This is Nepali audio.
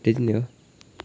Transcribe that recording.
त्यति नै हो